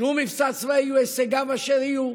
שום מבצע צבאי, ויהיו הישגיו אשר יהיו.